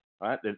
right